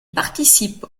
participe